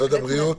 משרד הבריאות?